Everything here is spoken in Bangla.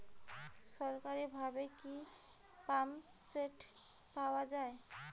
সরকারিভাবে কি পাম্পসেট পাওয়া যায়?